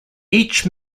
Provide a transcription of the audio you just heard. each